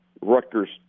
Rutgers